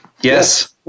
Yes